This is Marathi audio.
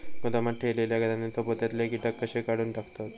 गोदामात ठेयलेल्या धान्यांच्या पोत्यातले कीटक कशे काढून टाकतत?